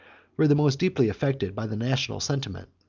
were the most deeply affected by the national sentiment.